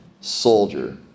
soldier